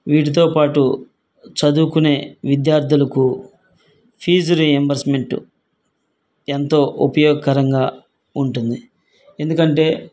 వీటితో పాటు చదువుకునే విద్యార్థులకు ఫీజు రియంబర్స్మెంట్ ఎంతో ఉపయోగకరంగా ఉంటుంది ఎందుకంటే